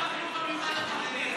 מה עם החינוך המיוחד לחרדים?